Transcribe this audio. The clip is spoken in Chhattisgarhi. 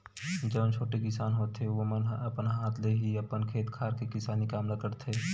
जउन छोटे किसान होथे ओमन ह अपन हाथ ले ही अपन खेत खार के किसानी काम ल करथे